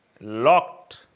Locked